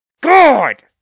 God